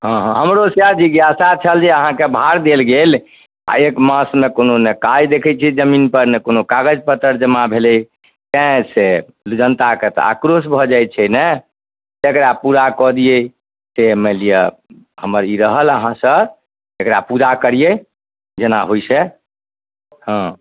हँ हँ हमरो सएह जिज्ञासा छल जे अहाँके भार देल गेल आओर एक मासमे कोनो ने काज देखै छिए जमीनपर नहि कोनो कागज पत्तर जमा भेलै ताहिसे जनताके तऽ आक्रोश भऽ जाए छै ने एकरा पूरा कऽ दिए से मानि लिअऽ हमर ई रहल अहाँसे एकरा पूरा करिए जेना होइ से हँ